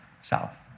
south